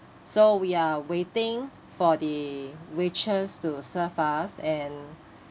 so we are waiting for the waitress to serve us and